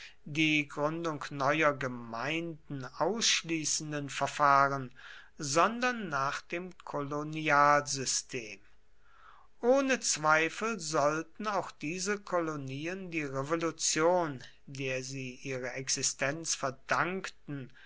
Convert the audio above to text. die gründung neuer gemeinden ausschließenden verfahren sondern nach dem kolonialsystem ohne zweifel sollten auch diese kolonien die revolution der sie ihre existenz verdankten